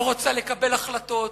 לא רוצה לקבל החלטות,